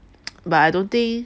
but I don't think